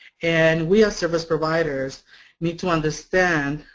and we as service providers need to understand